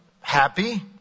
happy